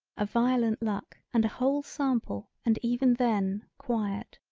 a violent luck and a whole sample and even then quiet.